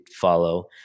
follow